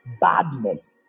badness